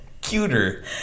cuter